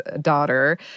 daughter